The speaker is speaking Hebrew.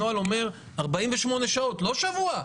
הנוהל אומר 48 שעות לא שבוע,